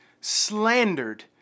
slandered